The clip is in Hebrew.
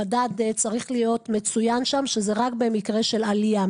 המדד צריך להיות מצוין שזה רק במקרה של עלייה.